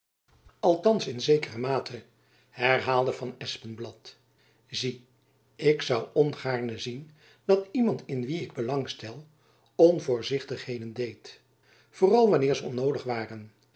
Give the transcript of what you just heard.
althands in zekere mate herhaalde van espenblad zie ik zoû ongaarne zien dat iemand in wien ik belang stel onvoorzichtigheden deed vooral wanneer ze onnoodig waren